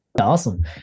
Awesome